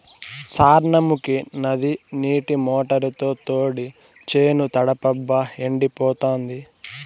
సార్నముకీ నది నీరు మోటారుతో తోడి చేను తడపబ్బా ఎండిపోతాంది